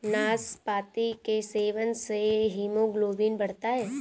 नाशपाती के सेवन से हीमोग्लोबिन बढ़ता है